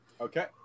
Okay